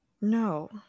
No